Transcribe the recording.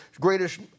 greatest